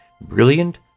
Brilliant